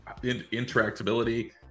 interactability